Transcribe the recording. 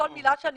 כשאני